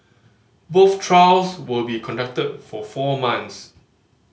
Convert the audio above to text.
both trials will be conducted for four months